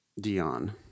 Dion